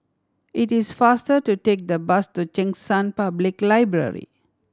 it is faster to take the bus to Cheng San Public Library